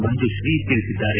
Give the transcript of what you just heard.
ಮಂಜುತ್ರೀ ತಿಳಿಸಿದ್ದಾರೆ